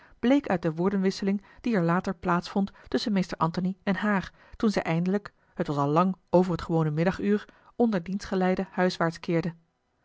bleek uit de woordenwisseling die er later plaats vond tusschen meester antony en haar toen zij eindelijk het was al lang over het gewone middaguur onder diens geleide huiswaarts keerde